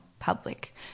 public